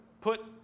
put